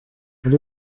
muri